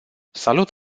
salut